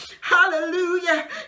hallelujah